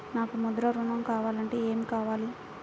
నాకు ముద్ర ఋణం కావాలంటే ఏమి కావాలి?